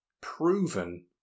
proven